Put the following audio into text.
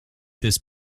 this